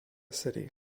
city